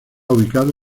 ubicada